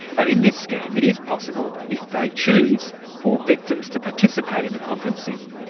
and in this scheme it is possible, if they choose, for victims to participate in the conferencing.